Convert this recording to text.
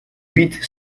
huit